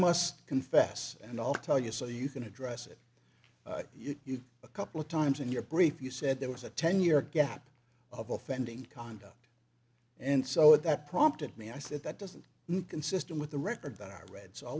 must confess and all tell you so you can address it you a couple of times in your brief you said there was a ten year gap of offending conduct and so at that prompted me i said that doesn't mean consistent with the record that i read so i